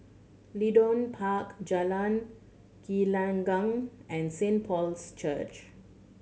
Leedon Park Jalan Gelenggang and Saint Paul's Church